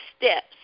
steps